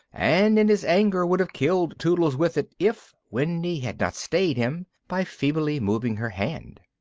and, in his anger, would have killed tootles with it, if wendy had not stayed him by feebly moving her hand.